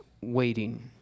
waiting